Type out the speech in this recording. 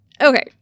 Okay